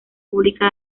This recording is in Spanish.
pública